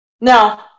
No